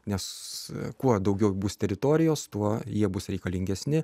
nes kuo daugiau bus teritorijos tuo jie bus reikalingesni